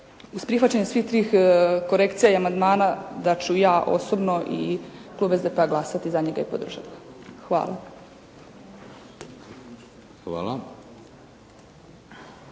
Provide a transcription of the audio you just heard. uz prihvaćanje svih tih korekcija i amandmana da ću i ja osobno i klub SDP-a glasati za njega i podržati ga. Hvala.